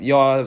Jag